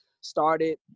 started